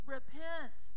Repent